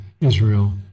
Israel